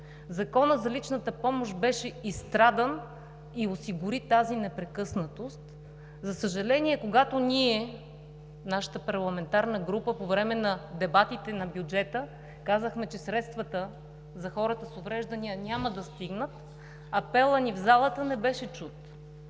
Законът за личната помощ беше изстрадан и осигури тази непрекъснатост. За съжаление, когато нашата парламентарна група по време на дебатите на бюджета, казахме, че средствата за хората с увреждания няма да стигнат, апелът ни в залата не беше чут.